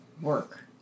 work